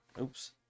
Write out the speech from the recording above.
oops